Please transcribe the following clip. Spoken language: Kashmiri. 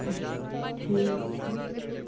اَچھ ٹھیٖک ٹھیٖک ٹھیٖک